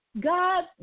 God